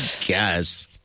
guess